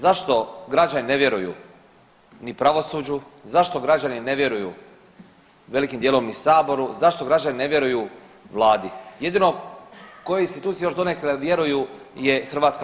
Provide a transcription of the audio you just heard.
Zašto građani ne vjeruju ni pravosuđu, zašto građani ne vjeruju velikim dijelom ni saboru, zašto građani ne vjeruju vladi, jedino u koji institut još donekle vjeruju je HV.